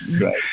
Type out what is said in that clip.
right